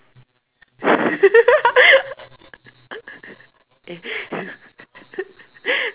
eh